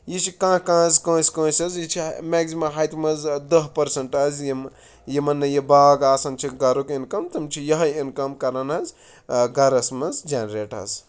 یہِ چھُ کانٛہہ کانٛہہ حظ کٲنٛسہِ کٲنٛسہِ حظ یہِ چھِ مٮ۪کزِمَم ہَتہِ منٛز دَہ پٔرسنٛٹ حظ یِم یِمَن نہٕ یہِ باغ آسان چھِ گَرُک اِنکَم تِم چھِ یِہوٚے اِنکَم کَران حظ گَرَس منٛز جٮ۪نریٹ حظ